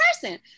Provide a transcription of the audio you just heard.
person